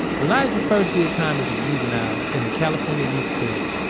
elijah first did time as a juvenile in the california youth authority.